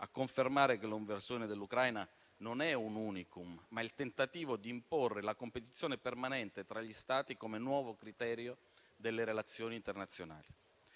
a confermare che l'invasione dell'Ucraina non è un *unicum*, ma il tentativo di imporre la competizione permanente tra gli Stati come nuovo criterio delle relazioni internazionali.